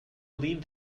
leave